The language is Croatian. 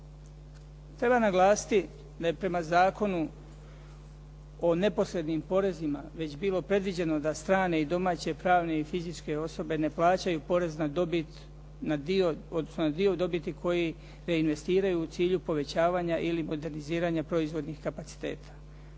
Treba naglasiti da je prema Zakonu o neposrednim porezima već bilo predviđeno da strane i domaće, pravne i fizičke osobe ne plaćaju porez na dobit na dio, odnosno na dio dobiti koji reinvestiraju u cilju povećavanja ili moderniziranja proizvodnih kapaciteta